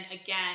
again